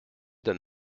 d’un